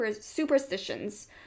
superstitions